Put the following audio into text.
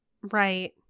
Right